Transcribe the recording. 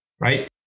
right